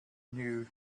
knew